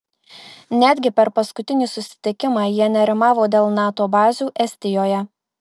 netgi per paskutinį susitikimą jie nerimavo dėl nato bazių estijoje